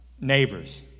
neighbors